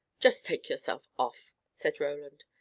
just take yourself off, said roland.